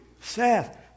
Seth